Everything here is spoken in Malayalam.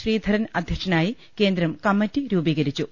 ശ്രീധരൻ അധ്യ ക്ഷനായി ൂകേന്ദ്രം കമ്മിറ്റി രൂപീകരിച്ചു